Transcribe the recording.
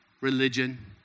religion